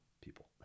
people